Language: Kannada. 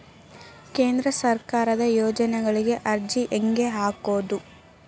ಕೇಂದ್ರ ಸರ್ಕಾರದ ಯೋಜನೆಗಳಿಗೆ ಅರ್ಜಿ ಹೆಂಗೆ ಹಾಕೋದು?